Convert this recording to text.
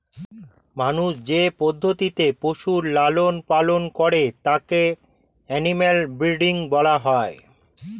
মানুষ যে পদ্ধতিতে পশুর লালন পালন করে তাকে অ্যানিমাল ব্রীডিং বলা হয়